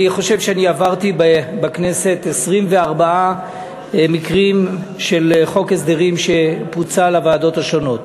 אני חושב שעברתי בכנסת 24 מקרים של חוק הסדרים שפוצל לוועדות השונות.